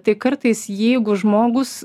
tai kartais jeigu žmogus